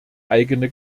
eigene